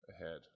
ahead